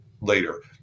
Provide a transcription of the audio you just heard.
later